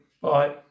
Bye